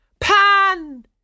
Pan